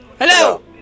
Hello